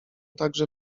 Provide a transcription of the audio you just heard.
także